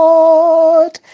Lord